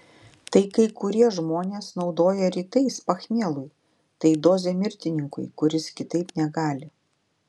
tai kai kurie žmonės naudoja rytais pachmielui tai dozė mirtininkui kuris kitaip negali